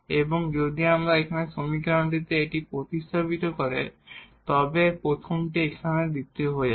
এবং যদি আমরা এখানে সমীকরণে এটি প্রতিস্থাপন করি তবে প্রথমটি এখানে দ্বিতীয় হয়ে যাবে